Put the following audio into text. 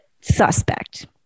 suspect